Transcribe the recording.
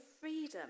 freedom